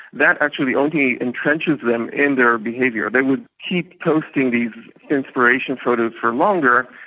that actually only entrenches them in their behaviour. they would keep posting these inspiration photos for longer,